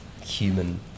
human